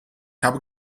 habe